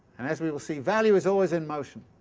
and as we will see, value is always in motion.